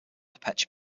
depeche